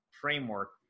framework